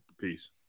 Peace